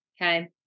Okay